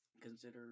consider